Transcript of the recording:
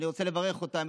ואני רוצה לברך אותם,